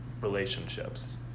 relationships